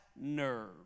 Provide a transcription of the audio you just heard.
nerve